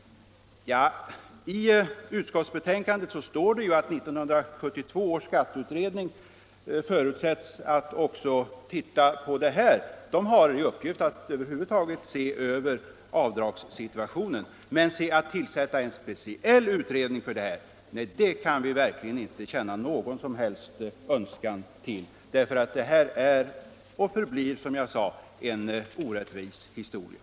Men i utskottsbetänkandet står det ju att 1972 års skatteutredning förutsätts också se på detta. Den utredningen har i uppgift att över huvud taget se över avdragssituationen. Men att tillsätta en speciell utredning för detta kan vi verkligen inte känna någon som helst önskan att göra, för det här är och förblir — som jag sade — en orättvis historia.